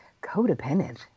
codependent